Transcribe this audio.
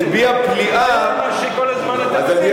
הביעה פליאה, זה מה שכל הזמן אתם עושים.